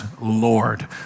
Lord